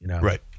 Right